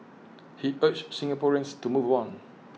he urged Singaporeans to move on